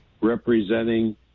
representing